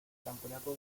campeonato